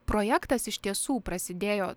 projektas iš tiesų prasidėjo